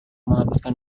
menghabiskan